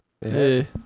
hey